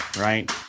right